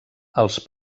els